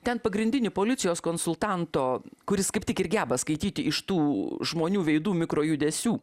ten pagrindinį policijos konsultanto kuris kaip tik ir geba skaityti iš tų žmonių veidų mikrojudesių